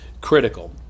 critical